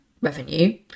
revenue